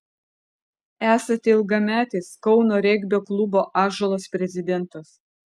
esate ilgametis kauno regbio klubo ąžuolas prezidentas